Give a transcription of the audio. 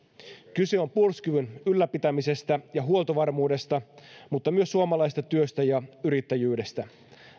kyse on puolustuskyvyn ylläpitämisestä ja huoltovarmuudesta mutta myös suomalaisesta työstä ja yrittäjyydestä